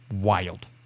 Wild